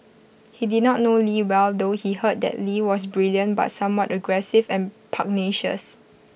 he did not know lee well though he heard that lee was brilliant but somewhat aggressive and pugnacious